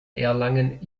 erlangen